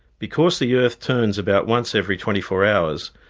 because the earth turns about once every twenty four hours,